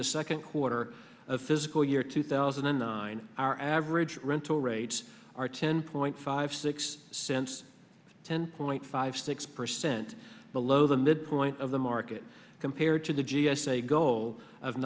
the second quarter of physical year two thousand and nine our average rental rates are ten point five six cents ten point five six percent below the midpoint of the market compared to the g s a goal of